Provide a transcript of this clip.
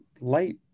light